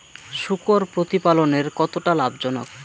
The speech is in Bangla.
শূকর প্রতিপালনের কতটা লাভজনক?